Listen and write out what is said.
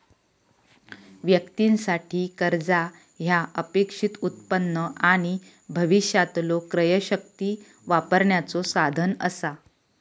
व्यक्तीं साठी, कर्जा ह्या अपेक्षित उत्पन्न आणि भविष्यातलो क्रयशक्ती वापरण्याचो साधन असा